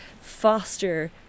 foster